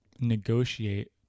negotiate